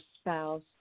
spouse